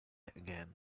again